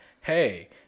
Hey